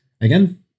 Again